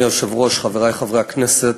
אדוני היושב-ראש, חברי חברי הכנסת,